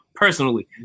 personally